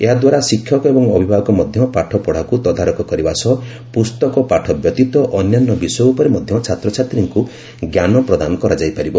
ଏହାଦ୍ୱାରା ଶିକ୍ଷକ ଏବଂ ଅଭିଭାବକ ମଧ୍ୟ ପାଠପଢ଼ାକୁ ତଦାରଖ କରିବା ସହ ପୁସ୍ତକ ପାଠ ବ୍ୟତୀତ ଅନ୍ୟାନ୍ୟ ବିଷୟ ଉପରେ ମଧ୍ୟ ଛାତ୍ରଛାତ୍ରୀଙ୍କୁ ଜ୍ଞାନ ପ୍ରଦାନ କରାଯାଇ ପାରିବ